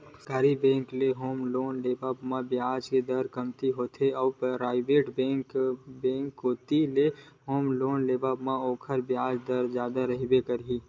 सरकारी बेंक ले home loan के लेवब म बियाज दर कमती होथे अउ पराइवेट बेंक कोती ले होम लोन लेवब म ओखर बियाज दर जादा रहिबे करही